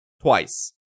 twice